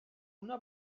una